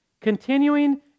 Continuing